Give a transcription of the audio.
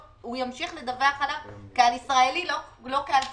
ימשיך לדווח עליו כעל ישראלי, לא כעל צרפתי,